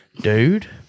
dude